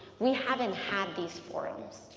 we haven't had these forums.